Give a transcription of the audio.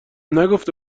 نگفته